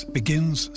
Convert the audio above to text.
begins